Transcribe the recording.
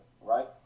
Right